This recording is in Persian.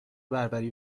بربری